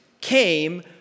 came